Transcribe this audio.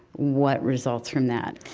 what results from that?